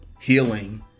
healing